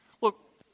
Look